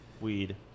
weed